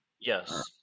Yes